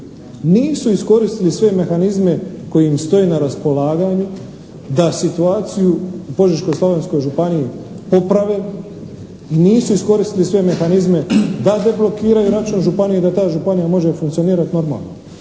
nisu iskoristili sve mehanizme koji im stoje na raspolaganju, da situaciju u Požeško-slavonskoj županiji poprave i nisu iskoristili sve mehanizme da deblokiraju račun županije da županija može funkcionirati normalno.